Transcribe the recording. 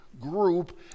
group